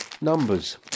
numbers